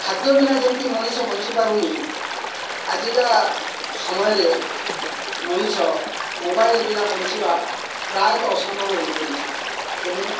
ଖାଦ୍ୟ ବିନା ଯେମିତି ମଣିଷ ବଞ୍ଚି ପାରୁନି ଆଜିକା ସମୟରେ ମଣିଷ ମୋବାଇଲ୍ ବିନା ବଞ୍ଚିବା ପ୍ରାୟତ ଅସମ୍ଭବ ହୋଇ ପଡ଼ିଛି ତେଣୁ